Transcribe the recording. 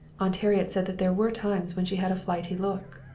aunt harriet said that there were times when she had a flighty look.